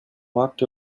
walked